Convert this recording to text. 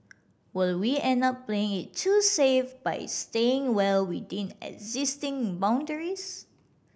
will we end up playing it too safe by staying well within existing boundaries